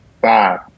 five